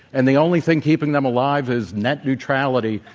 and the only thing keeping them alive is net neutrality,